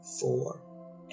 four